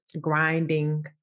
grinding